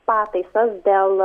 pataisas dėl